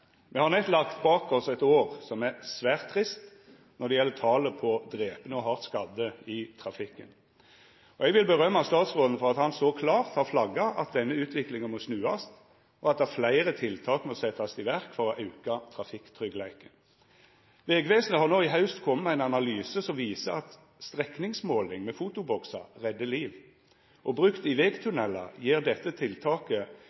svært trist når det gjeld talet på drepne og hardt skadde i trafikken. Eg vil rosa statsråden for at han så klart har flagga at denne utviklinga må snuast, og at fleire tiltak må setjast i verk for å auka trafikktryggleiken. Vegvesenet kom sist haust med ein analyse som viser at strekningsmåling med fotoboksar reddar liv. Brukt i